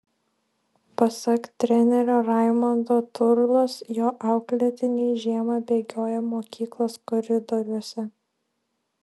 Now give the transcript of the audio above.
pasak trenerio raimondo turlos jo auklėtiniai žiemą bėgioja mokyklos koridoriuose